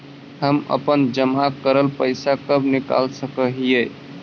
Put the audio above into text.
हम अपन जमा करल पैसा कब निकाल सक हिय?